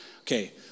Okay